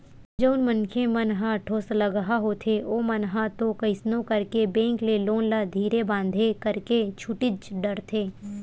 जउन मनखे मन ह ठोसलगहा होथे ओमन ह तो कइसनो करके बेंक के लोन ल धीरे बांधे करके छूटीच डरथे